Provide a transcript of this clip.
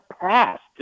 passed